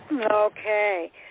Okay